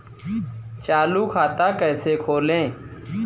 चालू खाता कैसे खोलें?